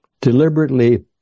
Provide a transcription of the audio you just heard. deliberately